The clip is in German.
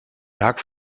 tag